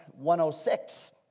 106